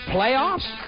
Playoffs